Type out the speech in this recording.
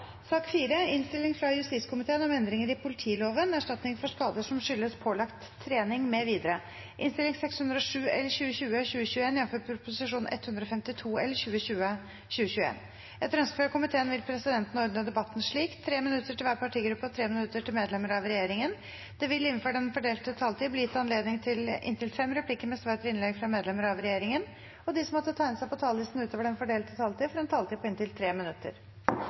slik: 3 minutter til hver partigruppe og 3 minutter til medlemmer av regjeringen. Videre vil det – innenfor den fordelte taletid – bli gitt anledning til inntil fem replikker med svar etter innlegg fra medlemmer av regjeringen, og de som måtte tegne seg på talerlisten utover den fordelte taletid, får også en taletid på inntil 3 minutter.